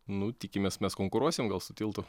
na tikimės mes konkuruosim gal su tiltu